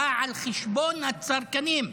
בא על חשבון הצרכנים,